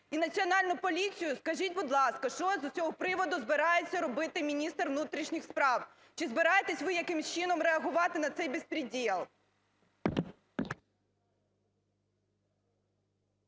і Національну поліцію? Скажіть, будь ласка, що з цього приводу збирається робити міністр внутрішніх справ? Чи збираєтесь ви якимось чином реагувати на це беспредел?